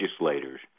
legislators